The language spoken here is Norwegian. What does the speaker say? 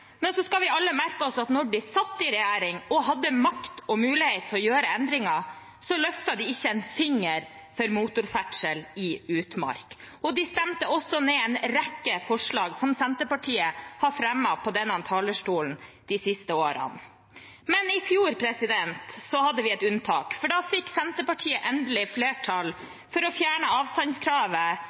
Men så skal vi alle merke oss at da de satt i regjering og hadde makt og mulighet til å gjøre endringer, løftet de ikke en finger for motorferdsel i utmark. De stemte også ned en rekke forslag som Senterpartiet har fremmet på denne talerstolen de siste årene. I fjor hadde vi et unntak, for da fikk Senterpartiet endelig flertall for å fjerne avstandskravet